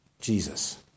Jesus